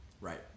right